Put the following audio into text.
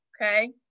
Okay